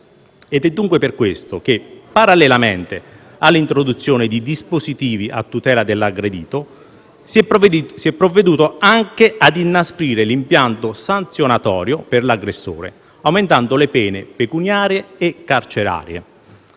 È dunque per questo che, parallelamente all'introduzione di dispositivi a tutela dell'aggredito, si è provveduto anche a inasprire l'impianto sanzionatorio per l'aggressore, aumentando le pene pecuniarie e carcerarie.